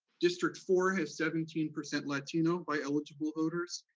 district four has seventeen percent latino by eligible voters,